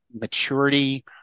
maturity